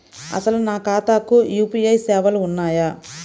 అసలు నా ఖాతాకు యూ.పీ.ఐ సేవలు ఉన్నాయా?